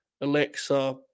Alexa